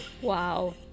Wow